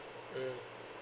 mm